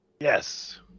Yes